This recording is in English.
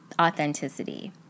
authenticity